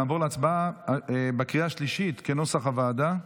נעבור להצבעה בקריאה השלישית, כנוסח הוועדה.